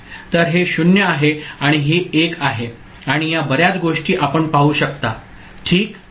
तर हे 0 आहे आणि ही 1 आहे आणि या बर्याच गोष्टी आपण पाहू शकता हे ठीक आहे